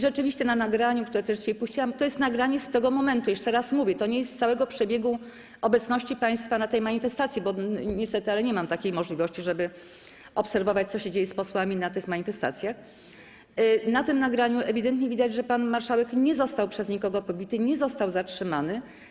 Rzeczywiście na nagraniu, które też dzisiaj puściłam - to jest nagranie z tego momentu, jeszcze raz mówię, nie z całego przebiegu obecności państwa na tej manifestacji, bo niestety nie mam takiej możliwości, żeby obserwować, co się dzieje z posłami na tych manifestacjach - ewidentnie widać, że pan marszałek nie został przez nikogo pobity, nie został zatrzymany.